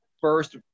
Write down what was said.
first